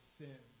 sin